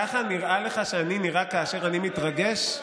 כך נראה לך שאני נראה כאשר אני מתרגש?